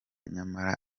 nyamara